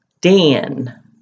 Dan